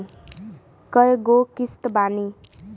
कय गो किस्त बानी?